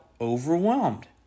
overwhelmed